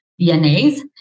DNAs